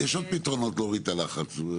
-- יש עוד פתרונות להוריד את הלחץ.